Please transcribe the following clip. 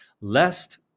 lest